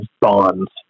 bonds